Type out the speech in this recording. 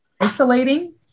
isolating